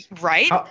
right